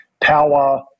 power